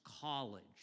college